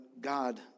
God